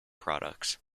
products